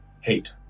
hate